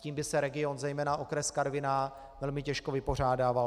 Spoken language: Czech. S tím by se region, zejména okres Karviná, velmi těžko vypořádával.